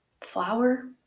flour